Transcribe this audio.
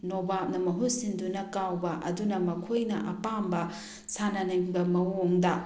ꯅꯣꯕꯥꯕꯅ ꯃꯍꯨꯠ ꯁꯤꯟꯗꯨꯅ ꯀꯥꯎꯕ ꯑꯗꯨꯅ ꯃꯈꯣꯏꯅ ꯑꯄꯥꯝꯕ ꯁꯥꯟꯅꯅꯤꯡꯕ ꯃꯑꯣꯡꯗ